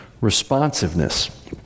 responsiveness